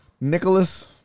Nicholas